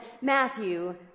Matthew